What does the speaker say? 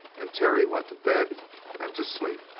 and terry went to bed and to sleep.